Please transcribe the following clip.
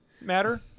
matter